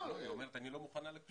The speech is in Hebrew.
לא, היא אומרת: אני לא מוכנה לכלום.